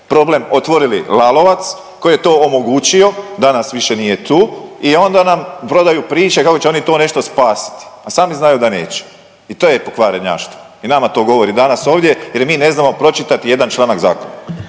problem otvorili Lalovac koji je to omogućio, danas više nije tu i onda nam prodaju priče kako će oni to nešto spasiti, a sami znaju da neće. I to je pokvarenjaštvo i nama to govori danas ovdje jer mi ne znamo pročitati jedan članak zakona.